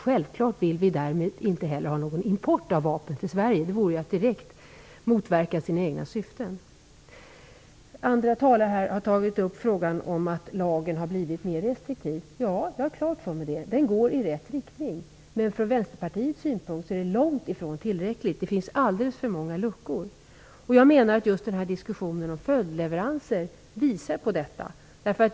Självklart vill vi därmed inte heller ha någon import av vapen till Sverige. Det vore att direkt motverka sina egna syften. Andra talare här har tagit upp frågan om att lagen har blivit mer restriktiv. Ja, det har jag klart för mig. Den går i rätt riktning, men från Vänsterpartiets synpunkt är det långt ifrån tillräckligt, för det finns alldeles för många luckor. Diskussionen om följdleveranser visar på detta.